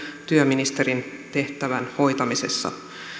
työministerin tehtävän hoitamisessa